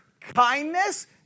kindness